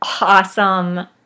awesome